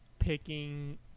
Picking